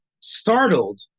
startled